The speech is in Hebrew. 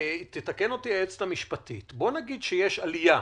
תתקן אותי היועצת המשפטית, אם נניח יש עלייה,